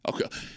Okay